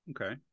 Okay